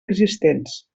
existents